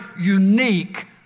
unique